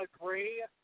agree